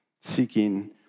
seeking